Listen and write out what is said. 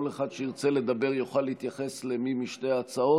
כל אחד שירצה לדבר יוכל להתייחס למי משתי ההצעות.